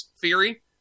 theory